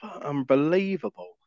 Unbelievable